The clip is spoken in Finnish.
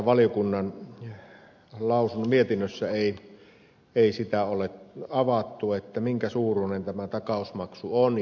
valiokunnan mietinnössäkään sitä ei ole avattu minkä suuruinen tämä takausmaksu on